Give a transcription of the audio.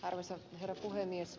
arvoisa herra puhemies